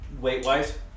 Weight-wise